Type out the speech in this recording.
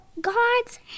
God's